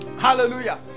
hallelujah